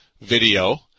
video